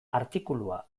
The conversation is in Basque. artikulua